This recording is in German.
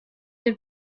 den